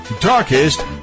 darkest